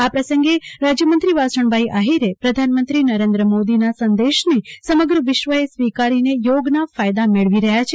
આ પ્રસંગે રાજય મંત્રી વાસણભાઈ આહીરે પ્રધાનમંત્રી નરેન્દ્રભાઈ મોદીના સંદેશને સમગ્ર વિશ્વએ સ્વીકારીને યોગના ફાયદા મેળવી રહયા છે